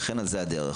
ולכן זאת הדרך.